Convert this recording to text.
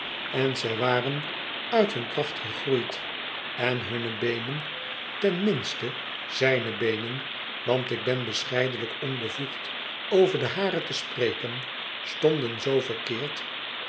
en zij waren uit hun kracht gegroeid en hunne beenen ten minste zijne beenen want ik ben bescheidenlijk onbevoegd over de hare te spreken stonden zoo verkeerd